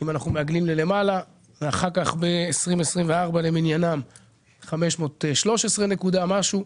התקציב ל-2024 היא 513 נקודה משהו.